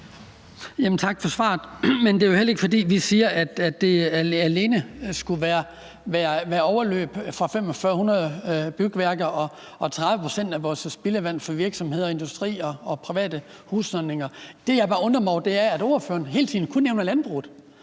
Tak for svaret. Det er jo heller ikke, fordi vi siger, at det alene skulle være fra overløb fra 4.500 bygværker og 30 pct. af vores spildevand fra virksomheder, industri og private husholdninger. Det, jeg bare undrer mig over, er, at ordføreren hele tiden kun nævner landbruget.